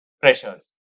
pressures